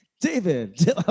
david